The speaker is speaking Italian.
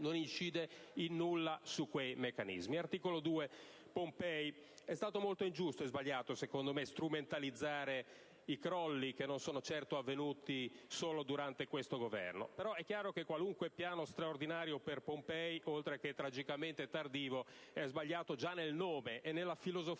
non incide in nulla su quei meccanismi.